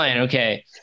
okay